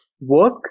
work